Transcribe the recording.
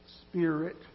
Spirit